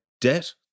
debt